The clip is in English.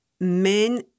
men